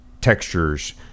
textures